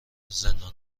زندان